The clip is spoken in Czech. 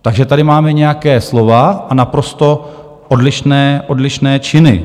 Takže tady máme nějaké slova a naprosto odlišné činy.